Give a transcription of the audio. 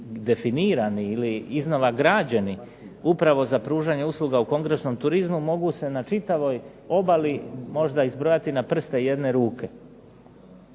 definirani ili iznova građeni upravo za pružanje usluga u kongresnom turizmu, mogu se na čitavoj obali možda izbrojati na prste jedne ruke.